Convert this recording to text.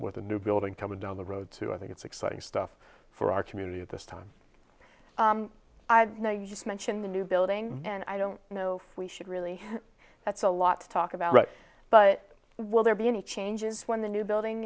with the new building coming down the road to i think it's exciting stuff for our community at this time i know you just mentioned the new building and i don't know if we should really that's a lot to talk about right but will there be any changes when the new building